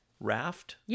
raft